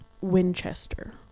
Winchester